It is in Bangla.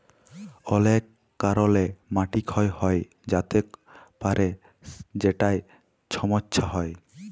অলেক কারলে মাটি ক্ষয় হঁয়ে য্যাতে পারে যেটায় ছমচ্ছা হ্যয়